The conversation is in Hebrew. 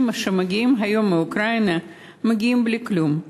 שמגיעים היום מאוקראינה מגיעים בלי כלום,